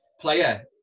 player